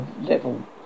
level